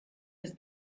ist